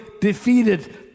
defeated